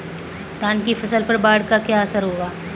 धान की फसल पर बाढ़ का क्या असर होगा?